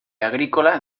agrícola